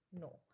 No